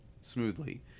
smoothly